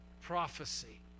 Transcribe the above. prophecy